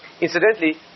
Incidentally